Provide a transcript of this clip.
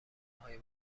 های